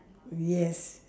yes